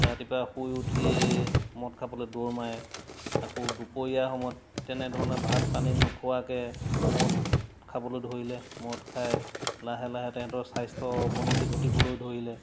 ৰাতিপুৱা শুই উঠিয়েই মদ খাবলৈ দৌৰ মাৰে আকৌ দুপৰীয়া সময়ত তেনেধৰণে ভাত পানী নোখোৱাকৈ মদ খাবলৈ ধৰিলে মদ খাই লাহে লাহে তেহেঁতৰ স্বাস্থ্য অৱনতি ঘটিবলৈ ধৰিলে